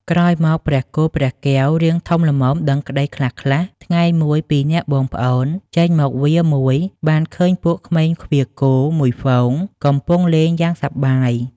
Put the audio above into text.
ក្រោយមក ព្រះគោ ព្រះកែវ រាងធំល្មមដឹងក្ដីខ្លះៗ ថ្ងៃមួយពីរនាក់បងប្អូនចេញមកវាលមួយបានឃើញពួកក្មេងឃ្វាលគោមួយហ្វូងកំពុងលេងយ៉ាងសប្បាយ ។